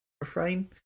refrain